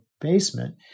basement